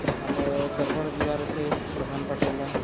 ଆମର୍ ଦେବ୍ଗଡ଼୍ ଯିବାର୍ ଅଛେ ପ୍ରଧାନ୍ପାଟ୍ ଗଲା